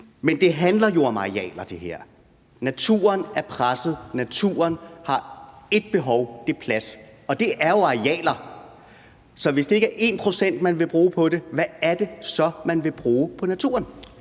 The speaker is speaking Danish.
Men det her handler jo om arealer. Naturen er presset. Naturen har ét behov, og det er plads. Og det er jo arealer. Så hvis det ikke er 1 pct., man vil bruge på det, hvad er det så, man vil bruge på naturen?